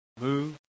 Move